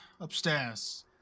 upstairs